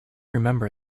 remember